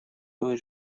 той